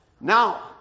Now